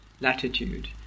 latitude